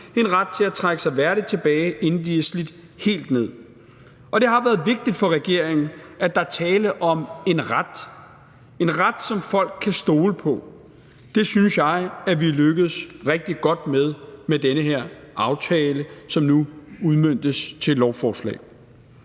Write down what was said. en ret til at trække sig værdigt tilbage, inden de er slidt helt ned. Det har været vigtigt for regeringen, at der er tale om en ret – en ret, som folk kan stole på at de har. Det synes jeg vi er lykkedes rigtig godt med med den her aftale, som nu udmøntes i et lovforslag.